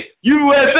USA